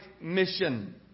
mission